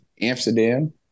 Amsterdam